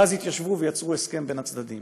ואז התיישבו ויצרו הסכם בין הצדדים